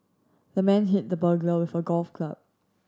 the man hit the burglar with a golf club